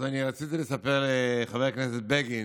אז אני רציתי לספר לחבר הכנסת בגין,